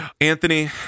Anthony